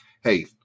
hey